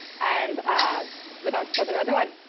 and without further ado, and